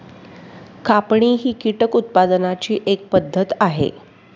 कापणी ही कीटक उत्पादनाची एक पद्धत आहे